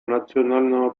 национального